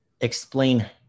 explain